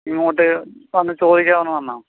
ഇങ്ങോട്ടു വന്നു ചോദിക്കാൻ വന്നതാണ്